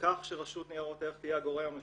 כך שרשות לניירות ערך תהיה הגורם המפקח.